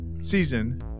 season